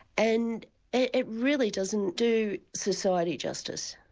and it really doesn't do society justice.